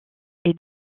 est